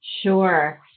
Sure